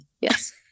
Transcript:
yes